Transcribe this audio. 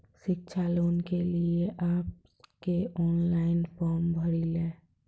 शिक्षा लोन के लिए आप के ऑनलाइन फॉर्म भरी ले?